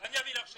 אני אביא לך שמות.